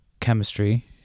chemistry